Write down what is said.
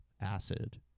acid